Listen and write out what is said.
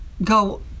go